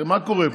הרי מה קורה פה?